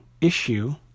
issue